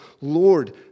Lord